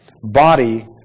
Body